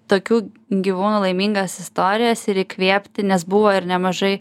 tokių gyvūnų laimingas istorijas ir įkvėpti nes buvo ir nemažai